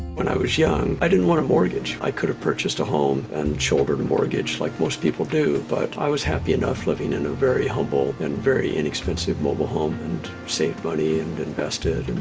when i was young i didn't want a mortgage. i could have purchased a home and children mortgage like most people do, but i was happy enough living in a very humble and very inexpensive mobile home and saved money and invested.